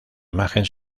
imagen